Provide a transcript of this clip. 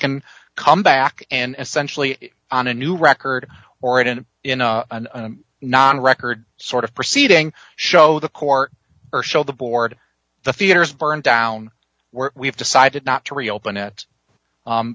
can come back and sensually on a new record or it in a non record sort of proceeding show the court or show the board the theater is burned down where we've decided not to reopen it